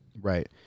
Right